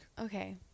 Okay